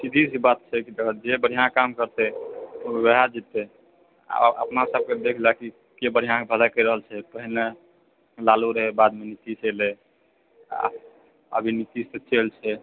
सिधीसी बात छै देखहक जे बढ़िआँ काम करतै ओएहे जिततै आओर अपना सभके देखि लए कि के बढ़िआंँ भलाइ करि रहल छै पहिने लालू रहै बादमे नीतीश एलए आ आब नितिशे चलतै